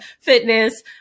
fitness